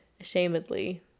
ashamedly